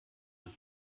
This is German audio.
man